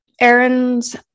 Aaron's